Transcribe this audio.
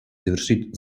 завершить